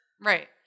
Right